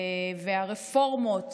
והרפורמות